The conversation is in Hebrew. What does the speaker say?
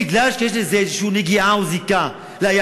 בגלל העובדה שיש לזה איזו נגיעה או זיקה ליהדות,